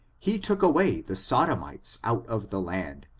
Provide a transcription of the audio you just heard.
he took away the sodomites out of the land,